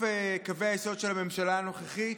בסוף קווי היסוד של הממשלה הנוכחית,